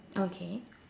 okay